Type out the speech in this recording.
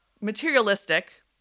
materialistic